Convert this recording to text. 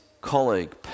colleague